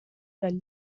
del